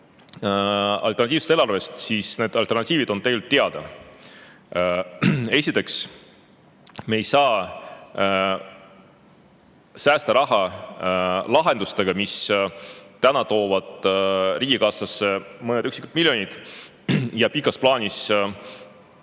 alternatiivsest eelarvest, aga need alternatiivid on tegelikult teada. Esiteks, me ei saa säästa raha lahendustega, mis täna toovad riigikassasse mõned üksikud miljonid ja pikas plaanis